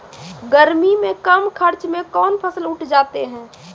गर्मी मे कम खर्च मे कौन फसल उठ जाते हैं?